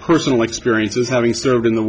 personal experiences having served in the